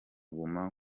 guma